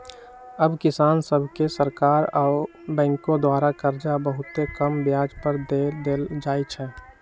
अब किसान सभके सरकार आऽ बैंकों द्वारा करजा बहुते कम ब्याज पर दे देल जाइ छइ